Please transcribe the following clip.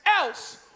else